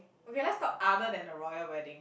okay let's talk other than the royal wedding